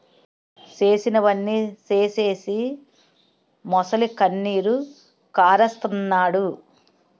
చేసినవన్నీ సేసీసి మొసలికన్నీరు కారస్తన్నాడు